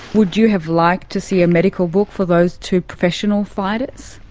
would you have liked to see a medical book for those two professional fighters?